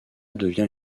devient